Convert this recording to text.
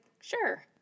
sure